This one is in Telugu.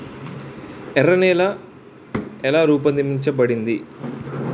ఎర్ర నేల ఎలా రూపొందించబడింది?